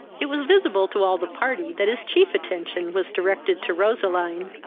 it was visible to all the party that his chief attention was directed to roseline.